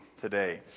today